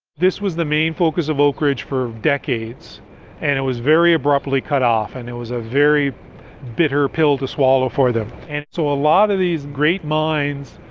this was the main focus of oak ridge for decades and it was very abruptly cut off. and it was a very bitter pill to swallow for them. and so a lot of these great minds,